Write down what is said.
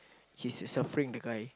he's suffering the guy